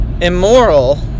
immoral